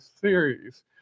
series